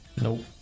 Nope